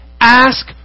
ask